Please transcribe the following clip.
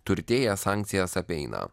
turtėja sankcijas apeina